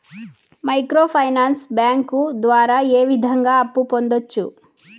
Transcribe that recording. micro finance bank ద్వారా ఏ విధంగా అప్పు పొందొచ్చు